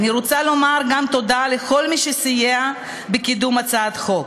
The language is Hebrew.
אני רוצה לומר תודה גם לכל מי שסייע בקידום הצעת החוק: